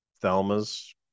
thelma's